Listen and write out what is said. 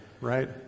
right